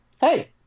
Hey